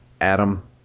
Adam